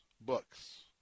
books